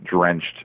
drenched